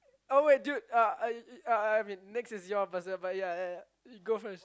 oh wait dude uh uh I I mean next is your person ya you go first